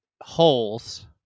holes